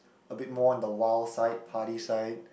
a bit more on the wild side party side